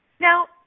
Now